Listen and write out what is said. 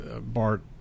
bart